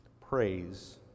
Praise